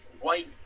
white